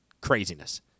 craziness